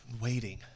waiting